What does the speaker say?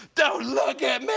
don't look at